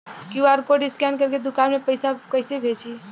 QR code scan करके दुकान में पैसा कइसे भेजी?